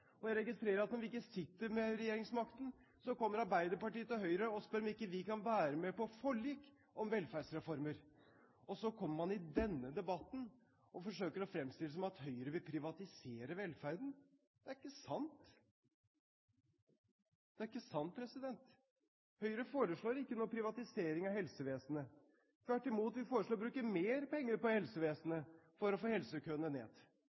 og jeg registrerer at når vi ikke sitter med regjeringsmakten, kommer Arbeiderpartiet til Høyre og spør om ikke vi kan være med på forlik om velferdsreformer. Og så kommer man i denne debatten og forsøker å fremstille det som om Høyre vil privatisere velferden. Det er ikke sant! Høyre foreslår ikke noen privatisering av helsevesenet. Tvert imot. Vi foreslår å bruke mer penger på helsevesenet for å få helsekøene ned.